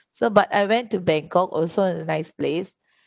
so but I went to bangkok also a nice place